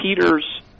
Peter's